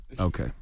Okay